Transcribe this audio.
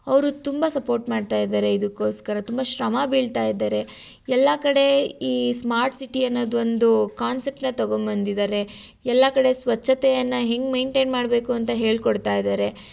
ಅವರು ತುಂಬ ಸಪೋರ್ಟ್ ಮಾಡ್ತಾಯಿದ್ದಾರೆ ಇದಕ್ಕೋಸ್ಕರ ತುಂಬ ಶ್ರಮ ಬೀಳ್ತಾ ಇದ್ದಾರೆ ಎಲ್ಲ ಕಡೆ ಈ ಸ್ಮಾರ್ಟ್ ಸಿಟಿ ಅನ್ನೊದೊಂದು ಕಾನ್ಸೆಪ್ಟನ್ನು ತಗೊಂಬಂದಿದ್ದಾರೆ ಎಲ್ಲ ಕಡೆ ಸ್ವಚ್ಛತೆಯನ್ನು ಹೇಗ್ ಮೈಂಟೇನ್ ಮಾಡಬೇಕು ಅಂತ ಹೇಳ್ಕೊಡ್ತಾಯಿದ್ದಾರೆ